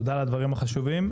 תודה על הדברים החשובים.